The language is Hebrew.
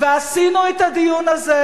ועשינו את הדיון הזה.